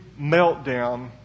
meltdown